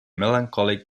melancholic